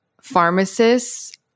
pharmacists